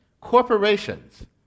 Corporations